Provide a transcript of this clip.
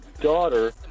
daughter